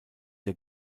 der